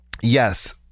yes